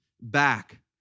back